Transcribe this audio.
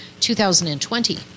2020